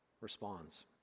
responds